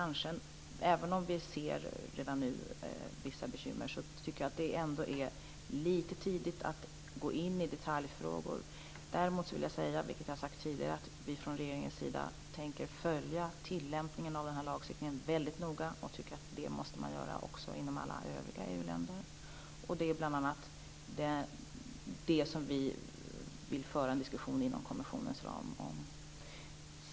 Även om vi redan nu ser vissa bekymmer tycker jag att det är litet tidigt att gå in i detaljfrågor. Däremot vill jag säga, vilket jag har sagt tidigare, att vi från regeringens sida tänker följa tilllämpningen av lagstiftningen väldigt noga. Det måste man göra också inom alla övriga EU-länder. Det är bl.a. det som vi vill föra en diskussion om inom kommissionens ram.